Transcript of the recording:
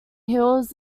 hills